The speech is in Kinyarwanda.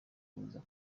kuza